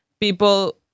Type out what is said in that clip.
people